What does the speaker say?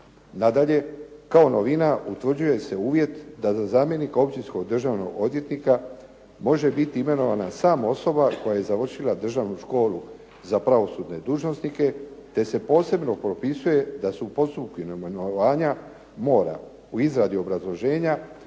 Nadalje, kao novina utvrđuje se uvjet da za zamjenika općinskog državnog odvjetnika može biti imenovana samo osoba koja je završila državnu školu za pravosudne dužnosnike, te se posebno propisuje da se u postupku imenovanja mora u izradi obrazloženja